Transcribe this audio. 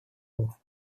его